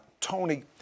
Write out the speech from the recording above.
Tony